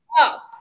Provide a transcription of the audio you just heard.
up